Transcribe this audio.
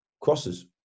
crosses